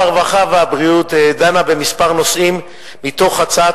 הרווחה והבריאות דנה במספר נושאים מתוך הצעת